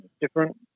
different